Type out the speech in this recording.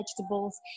vegetables